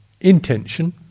intention